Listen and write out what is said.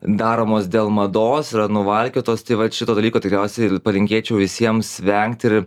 daromos dėl mados nuvalkiotos tai vat šito dalyko tikriausiai ir palinkėčiau visiems vengti ir